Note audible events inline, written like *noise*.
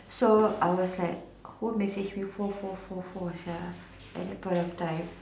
*breath* so I was like who message me four four four four sia at that point of time